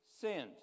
sins